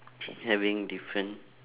having different